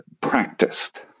practiced